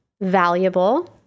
valuable